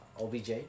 OBJ